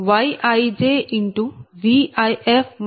If12y12V1f V2f1Z12V1f V2f0